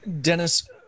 Dennis